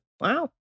Wow